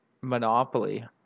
monopoly